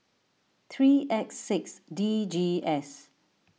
three X six D G S